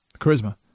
charisma